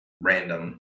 random